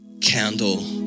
candle